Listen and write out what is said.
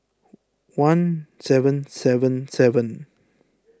one seven seven seven